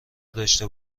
داشته